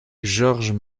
georges